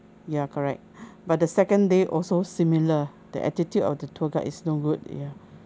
ya correct but the second day also similar the attitude of the tour guide is no good ya